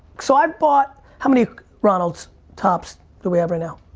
so i've bought how many ronalds topps do we have right now?